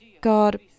God